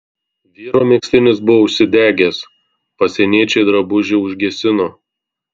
vyro megztinis buvo užsidegęs pasieniečiai drabužį užgesino